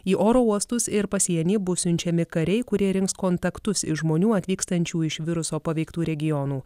į oro uostus ir pasienį bus siunčiami kariai kurie rinks kontaktus iš žmonių atvykstančių iš viruso paveiktų regionų